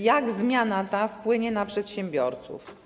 jak zmiana ta wpłynie na przedsiębiorców?